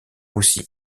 aussi